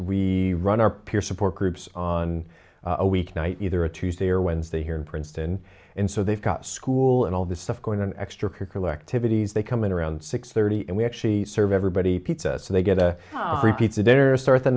relieved run our peer support groups on a weeknight either a tuesday or wednesday here in princeton and so they've got school and all this stuff going on extracurricular activities they come in around six thirty and we actually serve everybody pizza so they get a free pizza dinner start the